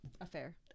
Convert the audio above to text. affair